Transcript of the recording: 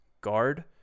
guard